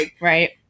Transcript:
Right